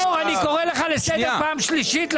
נאור, אני קורא לך לסדר פעם שלישית.